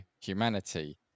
humanity